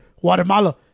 Guatemala